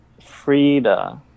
Frida